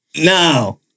Now